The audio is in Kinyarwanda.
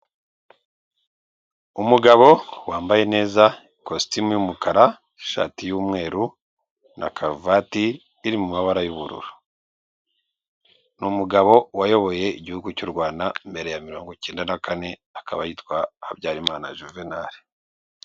Umugabo wambaye neza ikositimu y'umukara, ishati y'umweru na karuvati iri mu mabara y'ubururu, ni umugabo wayoboye igihugu cy'u Rwanda mbere ya mirongo icyenda na kane akaba yitwa Habyarimana Juvenal.